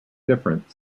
different